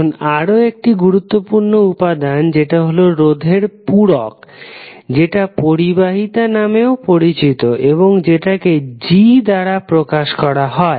এখন আরও একটি গুরুত্বপূর্ণ উপাদান যেটা হলো রোধের পূরক যেটা পরিবাহিতা নামেও পরিচিত এবং যেটাকে G দ্বারা প্রকাশ করা হয়